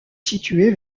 située